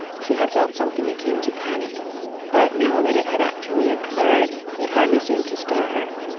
she had felt something akin to panic but now that it had actually occurred it hardly seemed to stir her.